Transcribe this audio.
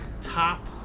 top